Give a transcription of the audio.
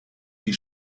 die